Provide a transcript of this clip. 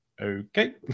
okay